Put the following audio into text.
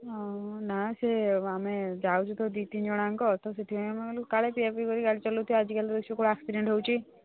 ହଁ ନା ସେ ଆମେ ଯାଉଛୁ ତ ଦୁଇ ତିନି ଜଣ ୟାଙ୍କ ତ ସେଥିପାଇଁ ମୁଁ କହିଲି କାଳେ ପିଆପିଇ କରି ଗାଡ଼ି ଚଲାଉଥିବେ ଆଜିକାଲି ତ ଏ ସବୁ ଆକ୍ସିଡେଣ୍ଟ ହେଉଛି